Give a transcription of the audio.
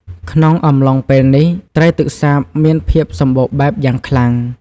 ក្នុងអំឡុងពេលនេះ ត្រីទឹកសាបមានភាពសម្បូរបែបយ៉ាងខ្លាំង។